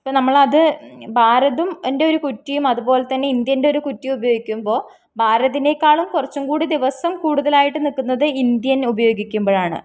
ഇപ്പ നമ്മളത് ഭാരതിന്റെ ഒരു കുറ്റിയും അതുപോലെ തന്നെ ഇന്ത്യൻ്റെ ഒരു കുറ്റിയും ഉപയോഗിക്കുമ്പോള് ഭാരതിനെക്കാളും കുറച്ചും കൂടി ദിവസം കൂടുതലായിട്ട് നില്ക്കുന്നത് ഇന്ത്യൻ ഉപയോഗിക്കുമ്പോഴാണ്